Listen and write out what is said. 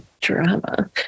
drama